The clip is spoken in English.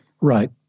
Right